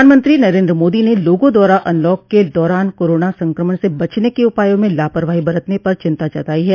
प्रधानमंत्री नरेन्द्र मोदी ने लोगों द्वारा अनलॉक के दौरान कोरोना संक्रमण से बचने के उपायों में लापरवाही बरतने पर चिंता जताई है